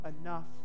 enough